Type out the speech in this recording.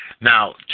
Now